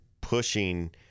pushing